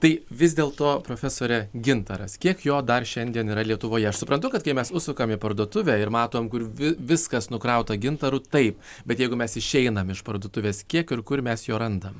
tai vis dėl to profesore gintaras kiek jo dar šiandien yra lietuvoje aš suprantu kad kai mes užsukame į parduotuvę ir matome kur viskas nukrauta gintaru taip bet jeigu mes išeiname iš parduotuvės kiek ir kur mes jo randam